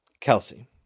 Kelsey